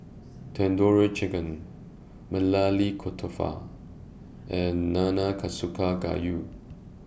Tandoori Chicken Maili Kofta and Nanakusa Gayu